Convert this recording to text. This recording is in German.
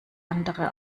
andere